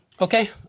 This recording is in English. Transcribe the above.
Okay